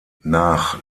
nach